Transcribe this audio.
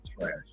Trash